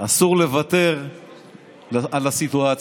אסור לוותר על הסיטואציה.